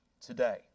today